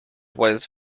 was